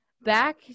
back